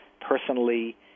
personally